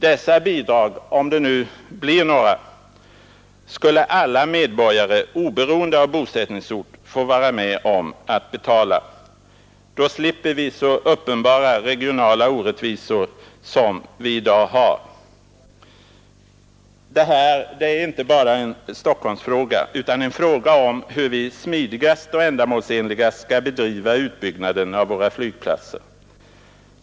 Dessa bidrag, om det nu blir några, skulle alla medborgare oberoende av bosättningsort få vara med om att betala. Då slipper vi så uppenbara regionala orättvisor som vi har i dag. Herr talman! Detta är inte bara en Stockholmsfråga utan också en fråga om hur vi smidigast och mest ändamålsenligt skall bedriva utbyggnaden av våra flygplatser.